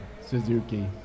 Suzuki